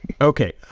okay